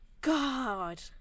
God